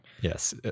yes